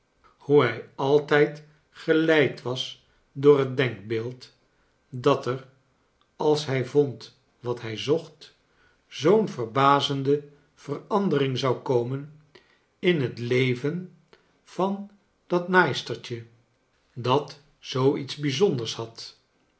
hoe hij altijd geleid was door het denkbeeld dat er als hij vohd wat hij zocht z oo'n verbazende verandering z ou komen in het levcn van dat naaistertje dat zoo iets bijzonders had